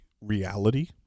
reality